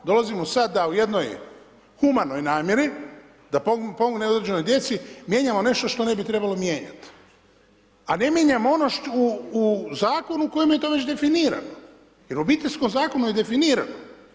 Dolazimo sada u jednoj humanoj namjeri da pomognemo … djeci mijenjamo nešto što ne bi trebalo mijenjat, a ne mijenjamo ono u zakonu u kojem je to već definirano jel u Obiteljskom zakonu je definirano.